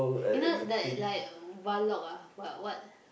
you know like like Valok ah what what